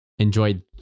Enjoyed